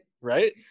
Right